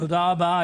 תודה רבה.